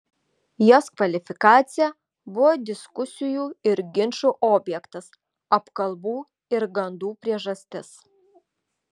jos kvalifikacija buvo diskusijų ir ginčų objektas apkalbų ir gandų priežastis